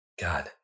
God